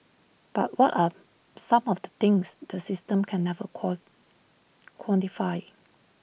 but what are some of the things the system can never call quantify